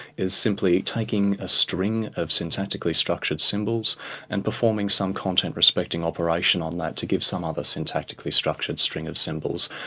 is simply taking a string of syntactically structured symbols and performing some content-respecting operation on that to give some other syntactically structured string of symbols.